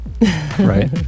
Right